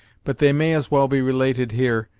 but they may as well be related here,